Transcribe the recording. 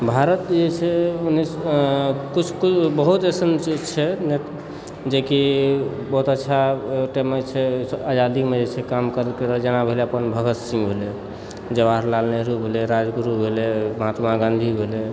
भारत जे छै उन्नैस किछु बहुत एहन छै कि बहुत अच्छा ओहि टाइम छै आजादीमे जे छै काज कयलकै रहै जेना भेलथि अपन भगत सिंह भेलथि जवाहरलाल नेहरु भेलथि राजगुरु भेलथि महात्मा गाँधी भेलथि